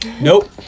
nope